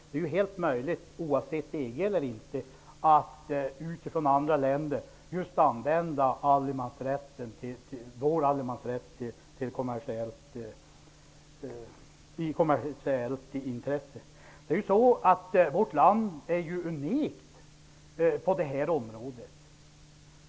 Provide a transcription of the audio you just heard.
Det är helt möjligt -- oavsett om vi går med i EG eller inte -- för andra länder att använda vår allemansrätt i kommersiellt syfte. Vårt land är ju unikt på det här området.